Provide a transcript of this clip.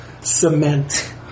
cement